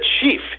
chief